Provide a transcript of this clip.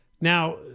Now